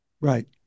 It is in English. Right